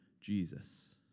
Jesus